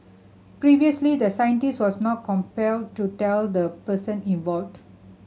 previously the scientist was not compelled to tell the person involved